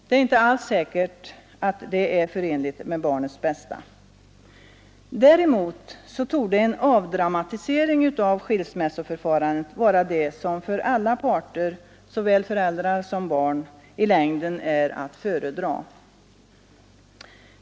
Det är inte alls barnets bästa. Låt mig här bara tillägga, för att inga mi: säkert att det är förenligt med barnens bästa. Däremot torde en avdramatisering av skilsmässoförfarandet vara det som för alla parter, såväl föräldrar som barn, i längden är att föredra.